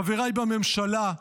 חבריי בממשלה,